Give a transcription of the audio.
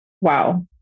wow